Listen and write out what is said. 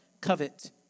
covet